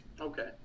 Okay